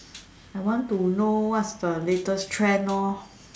I want to know what is the latest trend lor